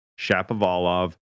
Shapovalov